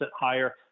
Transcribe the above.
higher